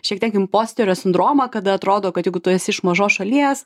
šiek tiek imposterio sindromą kada atrodo kad jeigu tu esi iš mažos šalies